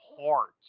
heart